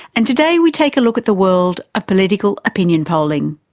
and today we take a look at the world of political opinion polling.